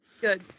good